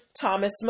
Thomas